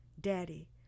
daddy